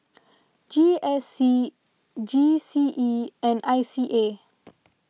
G S C G C E and I C A